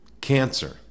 cancer